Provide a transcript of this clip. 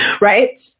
right